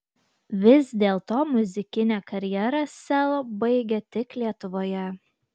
vis dėlto muzikinę karjerą sel baigia tik lietuvoje